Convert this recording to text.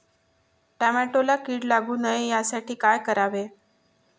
टोमॅटोला कीड लागू नये यासाठी काय करावे?